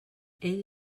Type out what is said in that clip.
ell